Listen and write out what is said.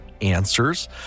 Answers